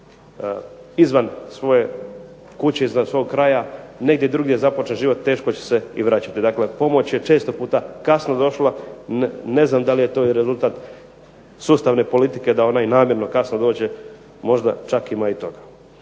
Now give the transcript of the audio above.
izvan svoje kuće, izvan svog kraja i negdje drugdje započne život teško će se i vraćati. Dakle, pomoć je često puta kasno došla, ne znam da li je to i rezultat sustavne politike da ona i namjerno kasno dođe, možda čak ima i toga.